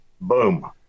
boom